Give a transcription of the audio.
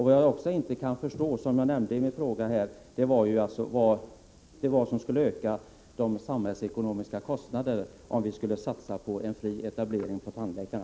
Vad jag inte kan förstå — jag nämnde det i min fråga — är vad som skulle öka de samhällsekonomiska kostnaderna om vi skulle satsa på en fri etablering för tandläkarna.